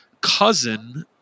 cousin